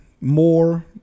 more